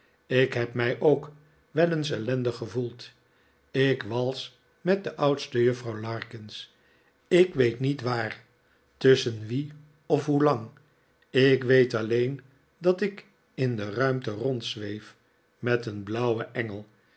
ik neb mij ook wel eens ellendig gevoeld ik wals met de oudste juffrouw larkins ik weet niet waar tusschen wie of hoelang ik weet alleen dat ik in de ruimte rondzweef met een blauwen engel